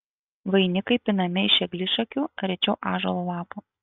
vainikai pinami iš eglišakių rečiau ąžuolo lapų